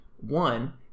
one